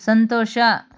ಸಂತೋಷ